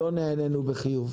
לא נענינו בחיוב.